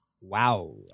Wow